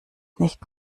nicht